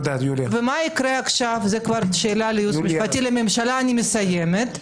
ומה יקרה עכשיו זאת כבר שאלה לייעוץ המשפטי לממשלה אני מסיימת,